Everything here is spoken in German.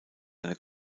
eine